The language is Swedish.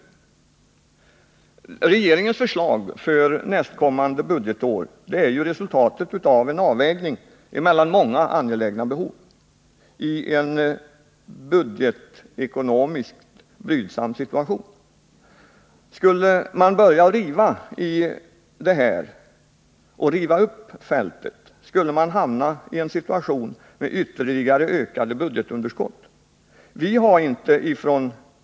Regeringens förslag för nästkommande budgetår är resultatet av en avvägning mellan många angelägna behov i en budgetekonomiskt brydsam situation. Skulle man riva upp fältet skulle man få ytterligare ökade budgetunderskott.